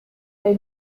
they